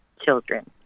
children